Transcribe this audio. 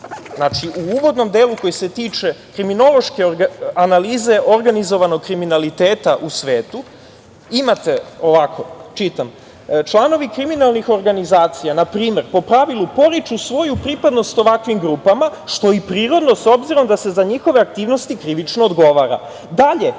znači u uvodnom delu koji se tiče kriminološke analize organizovanog kriminaliteta u svetu, imate ovako: „Članovi kriminalnih organizacija, na primer, po pravilu poriču svoju pripadnost ovakvim grupama, što je i prirodno, s obzirom da se za njihove aktivnosti krivično odgovara.